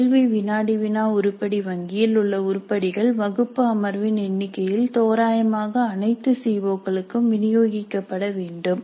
கேள்வி வினாடி வினா உருப்படி வங்கியில் உள்ள உருப்படிகள் வகுப்பு அமர்வின் எண்ணிக்கையில் தோராயமாக அனைத்து சி ஓ களுக்கும் விநியோகிக்கப்பட வேண்டும்